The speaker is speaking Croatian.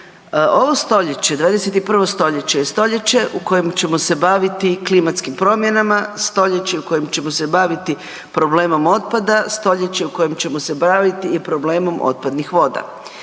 Ovo stoljeće 21.stoljeće je stoljeće u kojem ćemo se baviti klimatskim promjenama, stoljeće u kojem ćemo se baviti problemom otpada, stoljeće u kojem ćemo se baviti i problemom otpadnih voda.